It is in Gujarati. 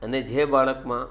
અને જે બાળકમાં